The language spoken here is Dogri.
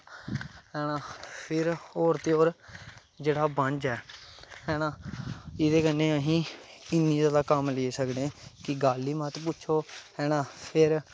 हैना फिर होर ते होर जेह्ड़ा बंज ऐ एह्दे कन्नै अस इन्ना जैदा कम्म लेई सकने कि गल्ल गै नां पुच्छो हैना